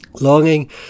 longing